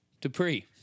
Dupree